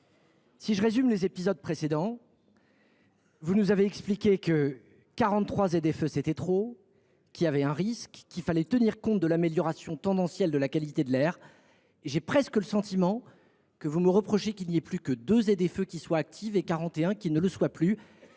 si je résume les épisodes précédents, vous considériez que 43 ZFE c’était trop, qu’il y avait un risque et qu’il fallait tenir compte de l’amélioration tendancielle de la qualité de l’air. Et maintenant j’ai le sentiment que vous me reprochez qu’il n’y ait plus que 2 ZFE actives et 41 qui ne le sont plus.